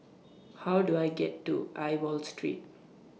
How Do I get to Aliwal Street